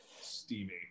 Steamy